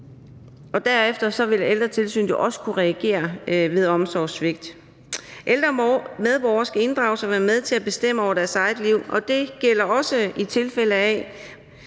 derefter vil ældretilsynet jo også skulle reagere ved omsorgssvigt. Ældre medborgere skal inddrages og være med til at bestemme over deres eget liv, og det gælder også i tilfælde,